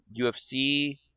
ufc